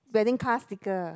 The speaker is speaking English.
wedding car sticker